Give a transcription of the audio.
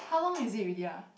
how long is it already ah